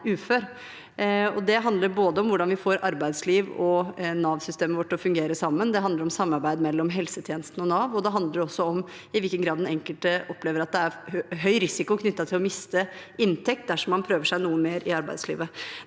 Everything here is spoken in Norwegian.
Det handler om hvordan vi får arbeidsliv og Nav-systemet vårt til å fungere sammen, det handler om samarbeid mellom helsetjenesten og Nav, og det handler også om i hvilken grad den enkelte opplever at det er høy risiko knyttet til å miste inntekt dersom man prøver seg noe mer i arbeidslivet.